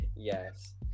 yes